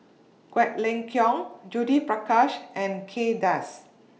Quek Ling Kiong Judith Prakash and Kay Das